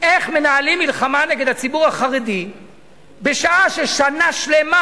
איך מנהלים מלחמה נגד הציבור החרדי בשעה ששנה שלמה,